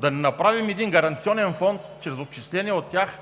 да не направим един гаранционен фонд чрез отчисления от тях,